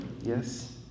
Yes